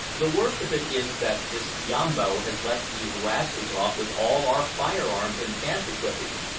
the worst of it is that this yambo has let these rascals off with all our fire-arms and camp-equipage,